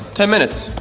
ten minutes.